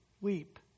weep